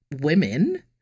women